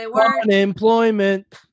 Unemployment